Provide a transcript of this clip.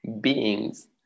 beings